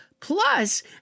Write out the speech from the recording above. Plus